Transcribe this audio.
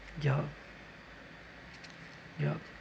yup yup